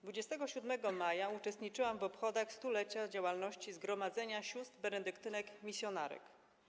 27 maja uczestniczyłam w obchodach 100-lecia działalności Zgromadzenia Sióstr Benedyktynek Misjonarek.